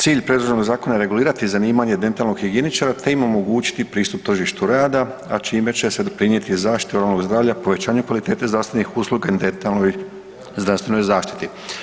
Cilj predloženog zakona je regulirati zanimanje dentalnog higijeničara te im omogućiti pristup tržištu rada, a čime će se doprinijeti zaštiti oralnog zdravlja, povećanje kvalitete zdravstvenih usluga i dentalnoj zdravstvenoj zaštiti.